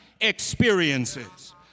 experiences